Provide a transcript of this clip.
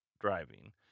driving